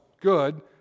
good